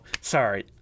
Sorry